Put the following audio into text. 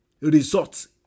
Results